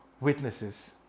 witnesses